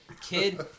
Kid